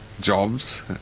jobs